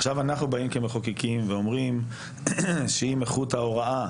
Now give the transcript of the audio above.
עכשיו אנחנו באים כמחוקקים ואומרים שאם איכות ההוראה,